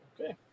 Okay